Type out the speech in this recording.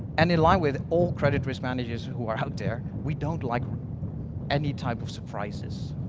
and in line with all credit risk managers who are out there, we don't like any type of surprises.